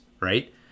right